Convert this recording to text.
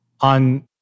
on